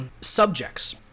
subjects